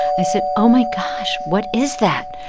i said, oh, my gosh, what is that?